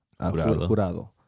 Jurado